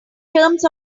terms